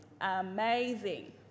amazing